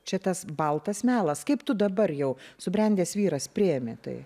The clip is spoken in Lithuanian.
čia tas baltas melas kaip tu dabar jau subrendęs vyras priimi tai